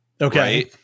Okay